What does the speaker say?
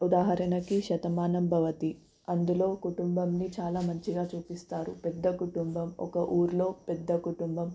ఉదాహరణకి శతమానం భవతి అందులో కుటుంబాన్ని చాలా మంచిగా చూపిస్తారు పెద్ద కుటుంబం ఒక ఊళ్ళో పెద్ద కుటుంబం